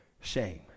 shame